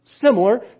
similar